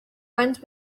went